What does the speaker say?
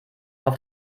auf